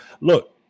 Look